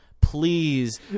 Please